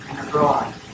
abroad